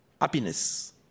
happiness